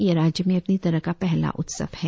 यह राज्य में अपनी तरह का पहला उत्सव है